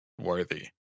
worthy